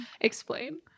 Explain